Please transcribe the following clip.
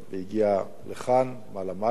היא הגיעה לכאן, מעלה-מעלה.